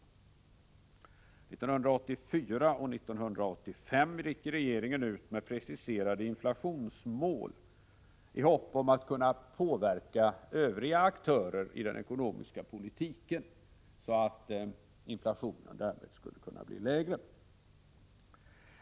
1984 och 1985 gick regeringen ut med preciserade inflationsmål i hopp om att kunna påverka övriga aktörer i den ekonomiska politiken att bidra till en lägre inflationstakt.